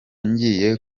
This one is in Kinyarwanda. ngiye